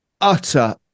utter